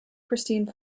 pristine